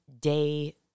day